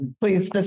Please